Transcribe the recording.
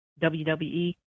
WWE